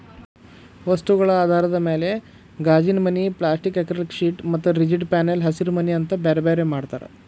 ವಸ್ತುಗಳ ಆಧಾರದ ಮ್ಯಾಲೆ ಗಾಜಿನಮನಿ, ಪ್ಲಾಸ್ಟಿಕ್ ಆಕ್ರಲಿಕ್ಶೇಟ್ ಮತ್ತ ರಿಜಿಡ್ ಪ್ಯಾನೆಲ್ ಹಸಿರಿಮನಿ ಅಂತ ಬ್ಯಾರ್ಬ್ಯಾರೇ ಮಾಡ್ತಾರ